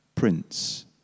Prince